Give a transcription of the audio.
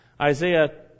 Isaiah